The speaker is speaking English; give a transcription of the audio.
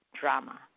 drama